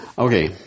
Okay